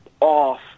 off